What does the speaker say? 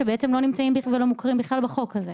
שלא נמצאים ולא מוכרים בכלל בחוק הזה.